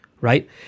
right